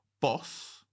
boss